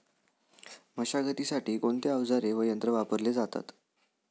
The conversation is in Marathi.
मशागतीसाठी कोणते अवजारे व यंत्र वापरले जातात?